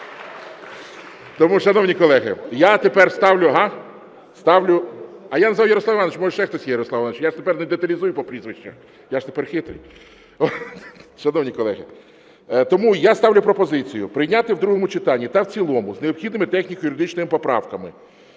ласка. Шановні колеги, я ставлю пропозицію прийняти в другому читанні та в цілому з необхідними техніко-юридичними поправками